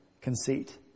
conceit